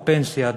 הפנסיה,